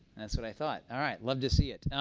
that's what i thought. all right. love to see it.